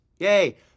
Yay